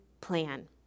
plan